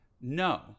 No